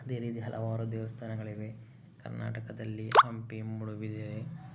ಅದೇ ರೀತಿ ಹಲವಾರು ದೇವಸ್ಥಾನಗಳಿವೆ ಕರ್ನಾಟಕದಲ್ಲಿ ಹಂಪಿ ಮೂಡಬಿದಿರೆ